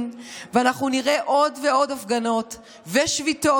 ואנחנו נראה עוד ועוד הפגנות ושביתות,